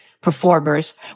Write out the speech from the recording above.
performers